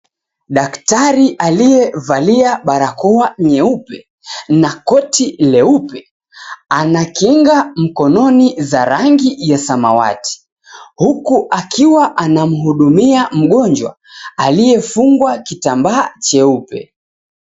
Daktari aliyevalia barakoa nyeupe na koti leupe, ana kinga mkononi za rangi ya samawati. Huku akiwa anamhudumia mgonjwa, aliyefungwa kitambaa cheupe.